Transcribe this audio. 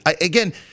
again